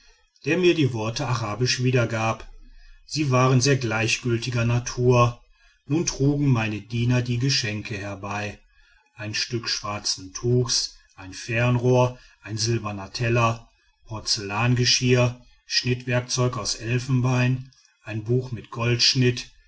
der mir die worte arabisch wiedergab sie waren sehr gleichgültiger natur nun trugen meine diener die geschenke herbei ein stück schwarzen tuchs ein fernrohr einen silbernen teller porzellangeschirr schnitzwerk aus elfenbein ein buch mit goldschnitt